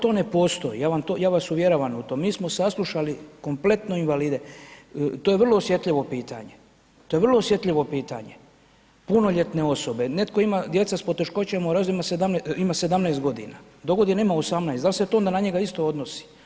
To ne postoji, ja vas uvjeravam u to, mi smo saslušali kompletno invalide, to je vrlo osjetljivo pitanje, to je vrlo osjetljivo pitanje, punoljetne osobe, netko ima djeca s poteškoćama u razvoju ima 17 godina, do godine ima 18 da li se to na njega isto odnosi.